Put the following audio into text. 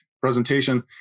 presentation